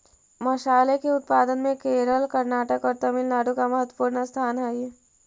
मसाले के उत्पादन में केरल कर्नाटक और तमिलनाडु का महत्वपूर्ण स्थान हई